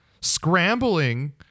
Scrambling